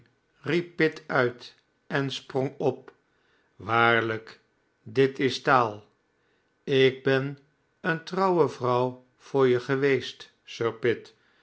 pitt uit en sprong op waarlijk dit is taal ik ben een trouwe vrouw voor je geweest